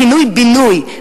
פינוי-בינוי,